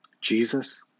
Jesus